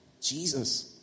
Jesus